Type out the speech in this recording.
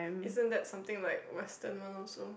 isn't that something like Western one also